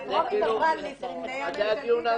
הטרומית עברה לפני הממשלתית,